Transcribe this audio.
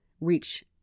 reach